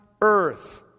earth